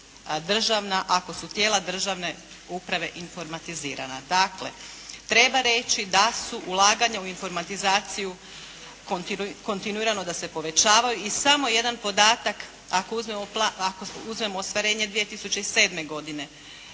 ako su tijela državne uprave informatizirana. Dakle, treba reći da su ulaganja u informatizaciju kontinuirano da se povećava i samo je jedan podatak ako uzmemo ostvarenje 2007. godine